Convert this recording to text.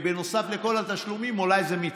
בנוסף לכל התשלומים, אולי זה מצטבר.